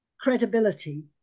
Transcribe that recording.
credibility